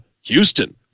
houston